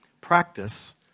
Practice